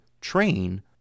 train